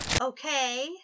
Okay